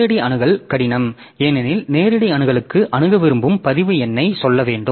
நேரடி அணுகல் கடினம் ஏனெனில் நேரடி அணுகலுக்கு அணுக விரும்பும் பதிவு எண்ணை சொல்ல வேண்டும்